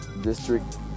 District